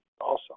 Awesome